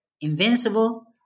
invincible